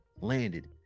landed